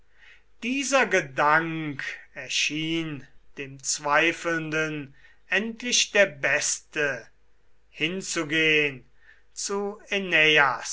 dieser gedank erschien dem zweifelnden endlich der beste hinzugehn zu